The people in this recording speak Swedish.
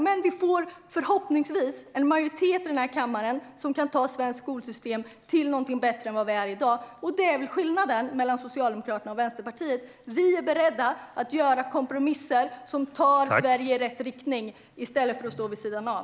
Men förhoppningsvis får vi en majoritet i den här kammaren som kan ta svenskt skolsystem till någonting bättre än vad det är i dag. Det är skillnaden mellan Socialdemokraterna och Vänsterpartiet. Vi är beredda att göra kompromisser som tar Sverige i rätt riktning i stället för att stå vid sidan av.